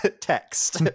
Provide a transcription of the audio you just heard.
text